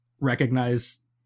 recognize